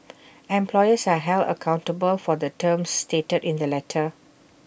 employers are held accountable for the terms stated in the letter